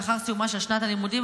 לאחר סיומה של שנת הלימודים,